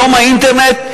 היום האינטרנט,